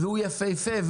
שהוא יפהפה,